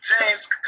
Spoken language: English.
James